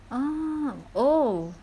ah oh